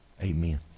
Amen